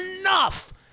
enough